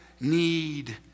need